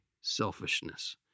selfishness